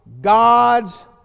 God's